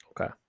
Okay